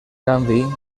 canvi